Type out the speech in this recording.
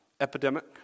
epidemic